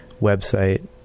website